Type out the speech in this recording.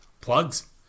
Plugs